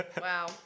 wow